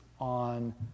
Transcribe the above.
on